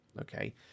Okay